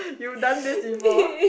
you done this before